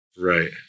right